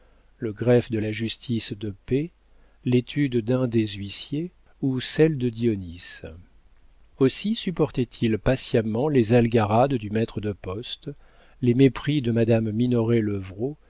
le greffe de la justice de paix l'étude d'un des huissiers ou celle de dionis aussi supportait il patiemment les algarades du maître de poste les mépris de madame minoret levrault et